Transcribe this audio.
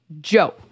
Joe